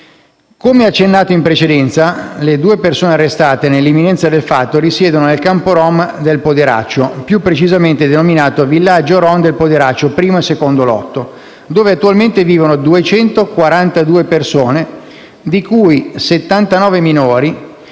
Come accennato in precedenza, le due persone arrestate nell'imminenza del fatto risiedono nel campo rom del Poderaccio - più precisamente denominato Villaggio rom del Poderaccio I e II lotto - dove, attualmente, vivono 242 persone di cui 79 minori,